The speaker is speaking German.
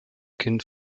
kind